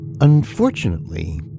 Unfortunately